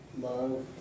Love